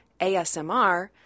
ASMR